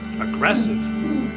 Aggressive